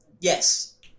yes